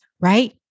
right